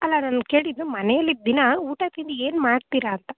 ಅಲ್ಲ ನಾನು ಕೇಳಿದ್ದು ಮನೇಲ್ಲಿ ದಿನ ಊಟ ತಿಂಡಿ ಏನು ಮಾಡ್ತೀರಾ ಅಂತ